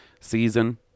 season